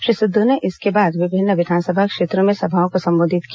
श्री सिध्दू ने इसके बाद विभिन्न विधानसभा क्षेत्रों में सभाओं को संबोधित किया